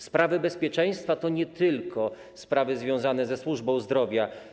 Sprawy bezpieczeństwa to nie tylko sprawy związane ze służbą zdrowia.